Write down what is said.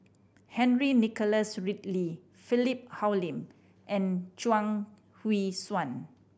Henry Nicholas Ridley Philip Hoalim and Chuang Hui Tsuan